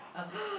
uh